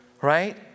right